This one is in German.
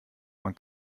man